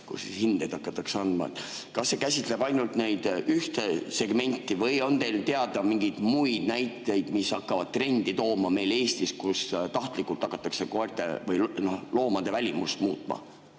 siis hindeid hakataks andma. Kas see käsitleb ainult ühte segmenti või on teil teada mingeid muid näiteid, mis hakkavad trendi looma meil Eestis, kui tahtlikult hakatakse loomade välimust muutma?